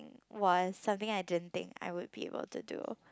was something I didn't think I would be able to do